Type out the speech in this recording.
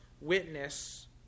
witness